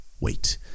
wait